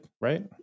right